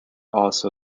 also